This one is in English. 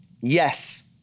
Yes